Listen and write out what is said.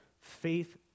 faith